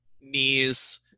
knees